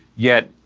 yet,